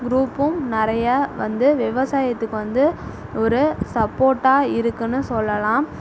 க்ரூப்பும் நிறையா வந்து விவசாயத்துக்கு வந்து ஒரு சப்போட்டாக இருக்குனு சொல்லலாம்